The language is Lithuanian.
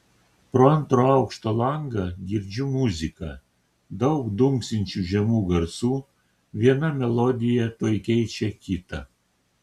pro antro aukšto langą girdžiu muziką daug dunksinčių žemų garsų viena melodija tuoj keičia kitą